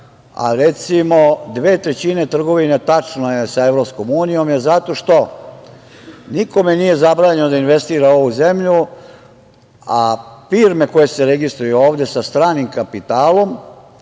dve trećine trgovine, tačno je, sa EU je zato što nikome nije zabranjeno da investira u ovu zemlju, a firme koje se registruju ovde sa stranim kapitalom